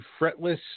fretless